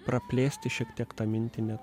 praplėsti šiek tiek tą mintį net